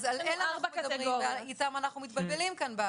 אז על אלה אנחנו מדברים ואיתם אנחנו מתבלבלים כאן.